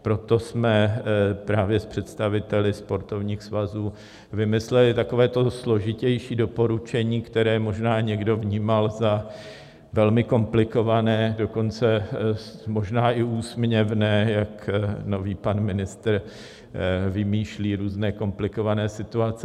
Proto jsme právě s představiteli sportovních svazů vymysleli takové to složitější doporučení, které možná někdo vnímal za velmi komplikované, dokonce možná i úsměvné, jak nový pan ministr vymýšlí různé komplikované situace.